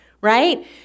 right